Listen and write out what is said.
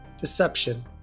deception